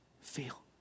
feel